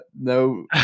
no